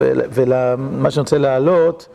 ולמה שאני רוצה להעלות...